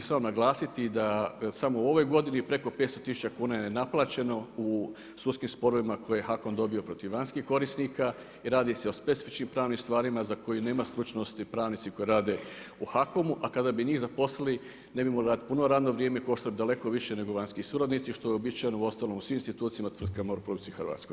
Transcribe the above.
A htio bih naglasiti da samo u ovoj godini preko 500000 je nenaplaćeno u sudskim sporovima koje je HAKOM dobio protiv vanjskih korisnika, i radi se o specifičnim pravnim stvarima za koje nema stručnosti, pravnici koje rade u HAKOM-u, a kada bi njih zaposlili, ne bi mogli imati puno radno vrijeme, ko što daleko više nego vanjski suradnici, što je uobičajeno uostalom u svim institucijama, tvrtkama u RH.